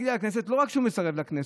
לא רק שהוא מסרב להגיע לכנסת,